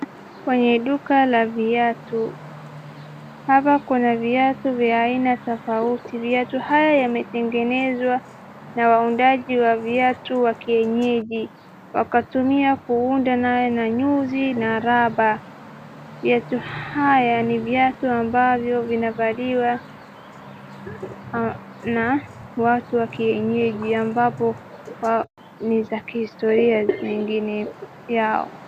Kwenye duka la viatu, hapa kuna viatu vya aina tofauti. Viatu hivi vimetengenezwa na waundaji wa viatu wa kienyeji, wakatumia kuunda naye na uzi na raba. Viatu hivi ni viatu ambavyo vinavaliwa an watu wa kienyeji ambapo ni za kihistoria zingine yao.